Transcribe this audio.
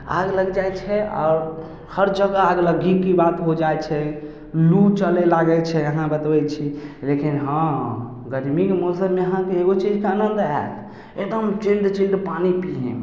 आग लागि जाइ छै आओर हर जगह आग लगही की बात हो जाइ छै लू चले लागै छै अहाँ बतबै छी लेकिन हँ गर्मीके मौसममे अहाँके एगो चीज से आनन्द होयत एकदम चिल्ड चिल्ड पानि पियेमे